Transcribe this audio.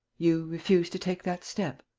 you refuse to take that step?